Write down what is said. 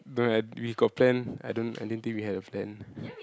don't have we got plan I don't I didn't think we have a plan